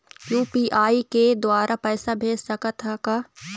UPI के द्वारा पैसा भेज सकत ह का?